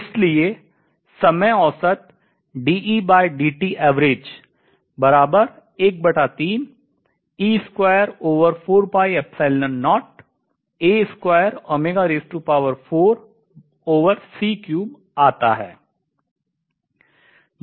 इसलिए समय औसत आता है